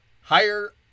higher